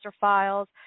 Files